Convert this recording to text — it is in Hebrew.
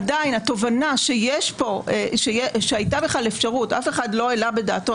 עדיין אף אחד לא העלה בדעתו,